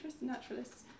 naturalists